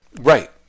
Right